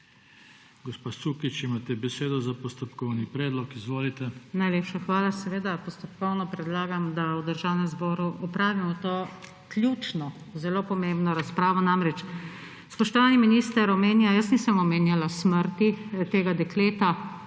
Gospa Sukič, imate besedo za postopkovni predlog. Izvolite. NATAŠA SUKIČ (PS Levica): Najlepša hvala. Seveda, postopkovno predlagam, da v Državnem zboru opravimo to ključno zelo pomembno razpravo. Namreč, spoštovani minister omenja, jaz nisem omenjala smrti tega dekleta,